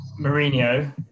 Mourinho